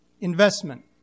investment